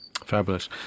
Fabulous